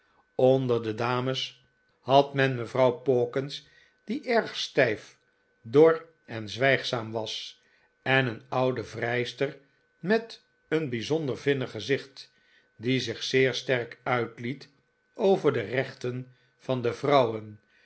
onder de dames had men mevrouw pawkins die erg stijf dor en zwijgzaam was en een oude vrijster met een bijzonder vinnig gezicht die zich zeer sterk uitliet over de rechten van de vrouwen